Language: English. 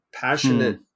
passionate